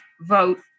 vote